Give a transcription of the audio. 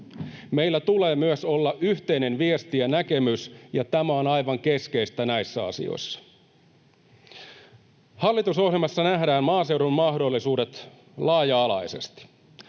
Meillä tulee myös olla yhteinen viesti ja näkemys, ja tämä on aivan keskeistä näissä asioissa. Hallitusohjelmassa nähdään maaseudun mahdollisuudet laaja-alaisesti.